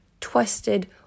twisted